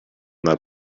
that